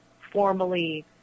formally